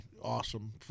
awesome